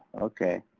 okay.